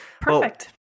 Perfect